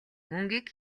мөнгийг